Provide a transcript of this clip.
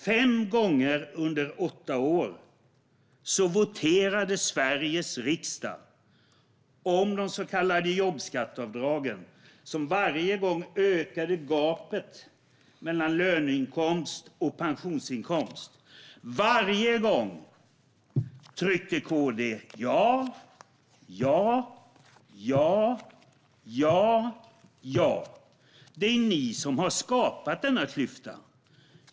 Fem gånger under åtta år voterade Sveriges riksdag om de så kallade jobbskatteavdragen, som varje gång ökade gapet mellan löneinkomst och pensionsinkomst. Varje gång tryckte KD ja. Det är ni som har skapat denna klyfta.